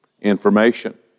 Information